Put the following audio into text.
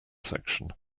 section